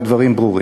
והדברים ברורים.